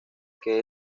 que